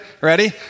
Ready